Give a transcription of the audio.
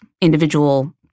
individual